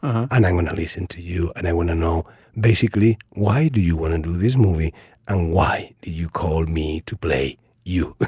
and i'm going to listen to you. and i want to know basically why do you want to do this movie and why you called me to play you